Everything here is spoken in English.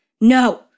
No